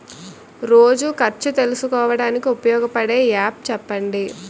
రోజు ఖర్చు తెలుసుకోవడానికి ఉపయోగపడే యాప్ చెప్పండీ?